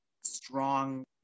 strong